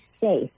safe